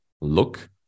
look